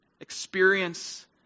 experience